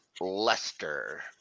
Leicester